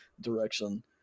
direction